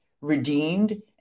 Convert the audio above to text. redeemed